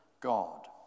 God